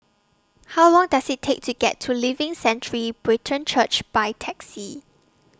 How Long Does IT Take to get to Living Sanctuary Brethren Church By Taxi